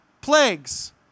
plagues